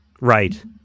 Right